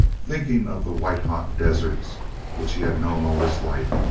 thinking of the white-hot deserts which he had known all his life.